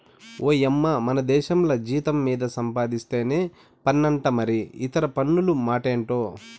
ఓయమ్మో మనదేశంల జీతం మీద సంపాధిస్తేనే పన్నంట మరి ఇతర పన్నుల మాటెంటో